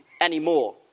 anymore